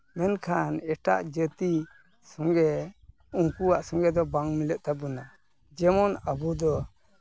ᱢᱮᱱᱠᱷᱟᱱ ᱮᱴᱟᱜ ᱡᱟᱹᱛᱤ ᱥᱚᱸᱜᱮ ᱩᱱᱠᱩᱣᱟᱜ ᱥᱚᱸᱜᱮ ᱫᱚ ᱵᱟᱝ ᱢᱤᱞᱟᱹᱜ ᱛᱟᱵᱚᱱᱟ ᱡᱮᱢᱚᱱ ᱟᱵᱚ ᱫᱚ